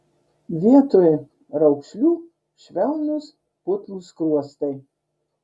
vietoj raukšlių švelnūs putlūs skruostai